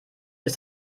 ist